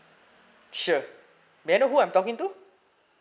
sure may I know I'm talking to